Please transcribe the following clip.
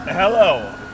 Hello